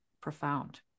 profound